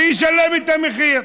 שישלם את המחיר.